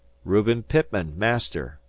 reuben pitman, master,